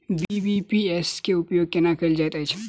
BBPS केँ उपयोग केना कएल जाइत अछि?